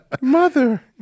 Mother